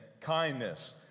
kindness